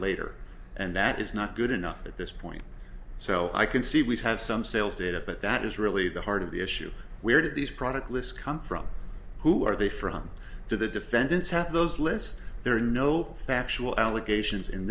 later and that is not good enough at this point so i can see we have some sales data but that is really the heart of the issue where did these product lists come from who are they from to the defendants have those lists there are no factual allegations in